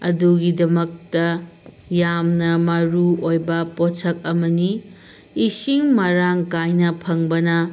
ꯑꯗꯨꯒꯤꯗꯃꯛꯇ ꯌꯥꯝꯅ ꯃꯔꯨ ꯑꯣꯏꯕ ꯄꯣꯠꯁꯛ ꯑꯃꯅꯤ ꯏꯁꯤꯡ ꯃꯔꯥꯡꯀꯥꯏꯅ ꯐꯪꯕꯅ